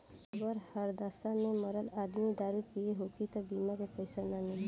अगर हादसा में मरल आदमी दारू पिले होखी त बीमा के पइसा ना मिली